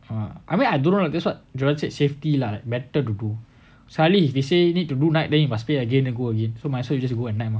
uh I mean I don't know lah that's what joel said safety lah better to do sekali he say later need to do night then you must pay again then go again so might as well you just go at night mah